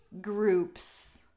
groups